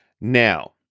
now